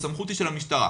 והסמכות היא של המשטרה.